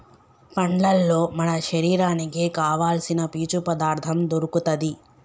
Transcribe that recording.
పండ్లల్లో మన శరీరానికి కావాల్సిన పీచు పదార్ధం దొరుకుతది